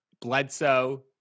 Bledsoe